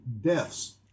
deaths